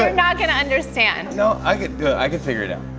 like not going to understand. no, i could i can figure it out.